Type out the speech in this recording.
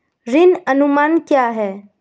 ऋण अनुमान क्या है?